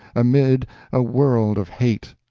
amid a world of hate.